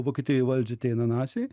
vokietijoj į valdžią ateina naciai